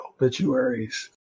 obituaries